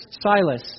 Silas